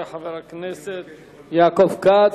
תודה לחבר הכנסת יעקב כץ.